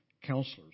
Counselors